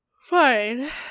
Fine